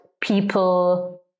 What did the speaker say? people